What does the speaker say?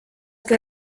que